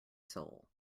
soul